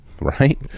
right